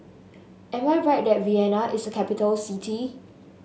am I right that Vienna is a capital city